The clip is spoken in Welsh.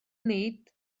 nid